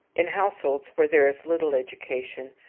in households where there is little education,